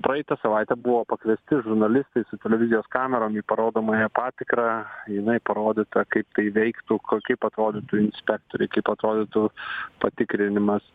praeitą savaitę buvo pakviesti žurnalistai su televizijos kamerom į parodomąją patikrą jinai parodyta kaip tai veiktų kaip atrodytų inspektoriai kaip atrodytų patikrinimas